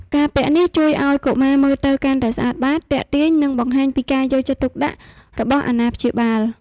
ការពាក់នេះជួយឱ្យកុមារមើលទៅកាន់តែស្អាតបាត ទាក់ទាញ និងបង្ហាញពីការយកចិត្តទុកដាក់របស់អាណាព្យាបាល។